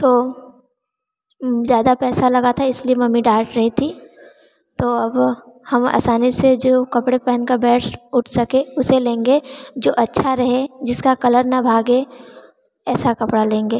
तो ज़्यादा पैसा लगा था इसलिए मम्मी डांट रही थी तो अब हम असानी से जो कपड़े पहनकर बैठ उठ सके उसे लेंगे जो अच्छा रहे जिसका कलर ना भागे ऐसा कपड़ा लेंगे